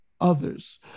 others